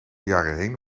jaren